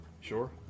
sure